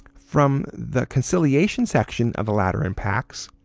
from the conciliation section of the lateran pacts